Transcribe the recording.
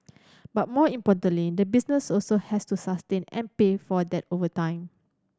but more importantly the business also has to sustain and pay for that over time